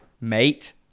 mate